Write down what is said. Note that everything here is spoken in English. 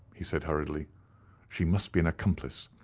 he said, hurriedly she must be an accomplice,